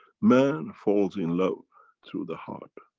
man falls in love through the heart.